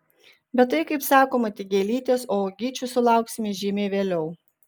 bet tai kaip sakoma tik gėlytės o uogyčių sulauksime žymiai vėliau